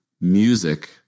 music